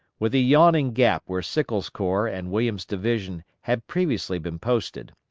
with a yawning gap where sickles' corps and williams' division had previously been posted,